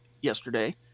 yesterday